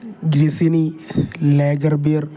ഗ്ളിസിനി lager beer